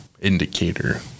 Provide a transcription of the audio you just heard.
indicator